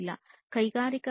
industry 4